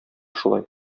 шулай